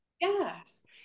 Yes